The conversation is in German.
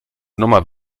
nummer